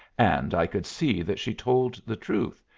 and i could see that she told the truth,